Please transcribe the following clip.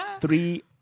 Three